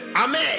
amen